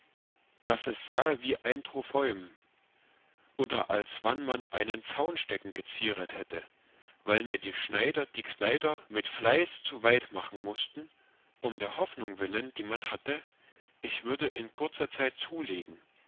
daß es sahe wie ein trophäum oder als wann man einen zaunstecken gezieret hätte weil mir die schneider die kleider mit fleiß zu weit machen mußten um der hoffnung willen die man hatte ich würde in kurzer zeit zulegen